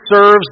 serves